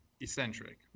eccentric